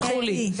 שלחו לי.